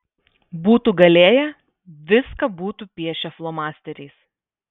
būtų galėję viską būtų piešę flomasteriais